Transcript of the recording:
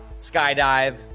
skydive